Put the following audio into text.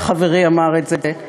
יוסי יונה חברי אמר את זה.